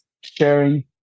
sharing